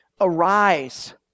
Arise